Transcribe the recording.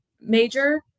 major